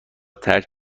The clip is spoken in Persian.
ترک